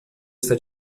está